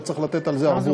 לא צריך לתת על זה ערבות.